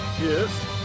Yes